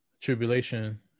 tribulation